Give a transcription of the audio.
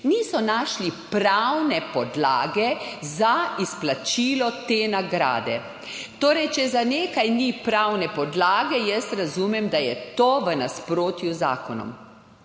niso našli pravne podlage za izplačilo te nagrade. Torej, če za nekaj ni pravne podlage, jaz razumem, da je to v nasprotju z zakonom.